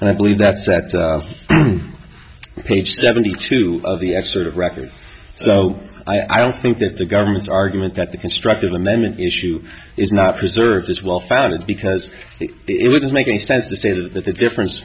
and i believe that's that page seventy two of the expert of record so i don't think that the government's argument that the constructed amendment issue is not preserved as well founded because it wouldn't make any sense to say the difference